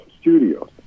studios